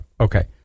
okay